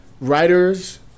writers